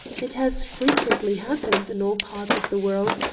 it has frequently happened, in all parts of the world,